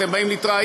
אתם באים להתראיין,